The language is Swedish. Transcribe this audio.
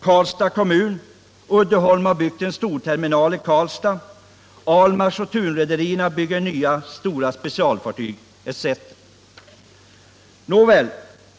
Karlstads kommun och Uddeholm har byggt en storterminal i Karlstad, Ahlmarksoch Thunrederierna bygger nya, stora specialfartyg etc.